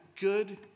good